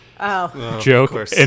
joke